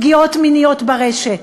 פגיעות מיניות ברשת.